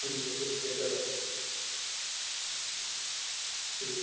ठीक ऐ पुज्जी जाह्गा सत्त बजे ठीक ऐ